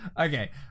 okay